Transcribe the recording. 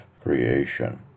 creation